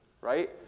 right